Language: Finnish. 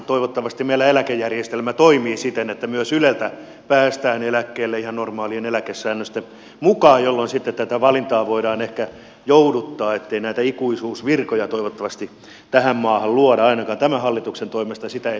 toivottavasti meillä eläkejärjestelmä toimii siten että myös yleltä päästään eläkkeelle ihan normaalien eläkesäännösten mukaan jolloin sitten tätä valintaa voidaan ehkä jouduttaa eikä näitä ikuisuusvirkoja toivottavasti tähän maahan luoda ainakaan tämän hallituksen toimesta sitä ei tulla tekemään